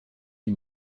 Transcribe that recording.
die